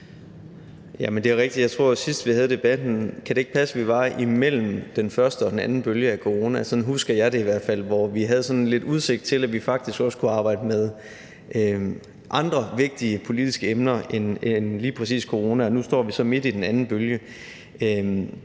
det er rigtigt. Jeg tror, at vi, sidst vi havde debatten, var imellem den første og den anden bølge af corona, sådan husker jeg det i hvert fald, hvor vi havde sådan lidt udsigt til, at vi faktisk også kunne arbejde med andre vigtige politiske emner end lige præcis corona, og nu står vi så midt i den anden bølge.